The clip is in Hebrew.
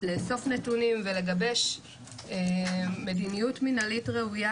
לאסוף נתונים ולגבש מדיניות מינהלית ראויה,